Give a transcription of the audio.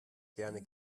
gerne